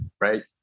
right